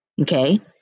Okay